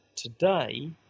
Today